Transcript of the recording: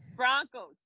Broncos